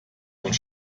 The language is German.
und